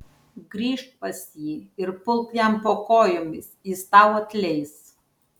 grįžk pas jį ir pulk jam po kojomis jis tau atleis